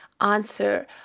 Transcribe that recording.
answer